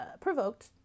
provoked